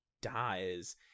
dies